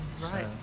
Right